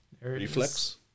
Reflex